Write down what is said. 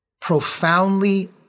profoundly